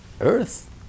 Earth